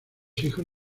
hijos